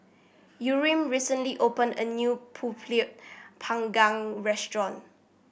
Yurem recently opened a new pulut Panggang restaurant